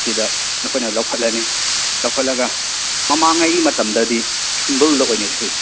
ꯁꯤꯗ ꯑꯩꯈꯣꯏꯅ ꯂꯧꯈꯠꯂꯅꯤ ꯂꯧꯈꯠꯂꯒ ꯃꯃꯥꯡꯉꯩꯒꯤ ꯃꯇꯝꯗꯗꯤ ꯁꯨꯝꯕꯜꯗ ꯑꯣꯏꯅ ꯁꯨꯏ